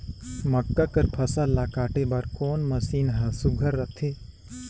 मक्का कर फसल ला काटे बर कोन मशीन ह सुघ्घर रथे?